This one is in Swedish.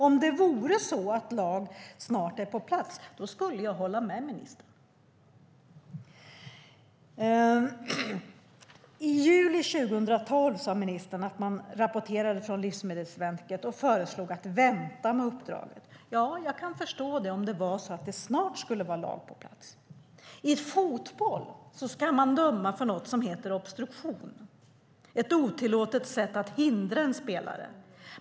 Om det vore så att en lag snart är på plats skulle jag hålla med ministern. Ministern sade att Livsmedelsverket i juni 2012 rapporterade och föreslog att man skulle vänta med uppdraget. Ja, jag kan förstå det om det var så att det snart skulle vara en lag på plats. I fotboll ska man döma för något som heter obstruktion, ett otillåtet sätt att hindra en spelare.